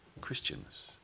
Christians